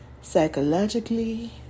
psychologically